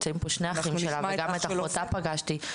וגם נמצאים שני האחים שלה וגם את אחותה פגשתי,